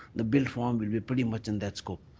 the built form will be pretty much in that scope.